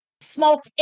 smoke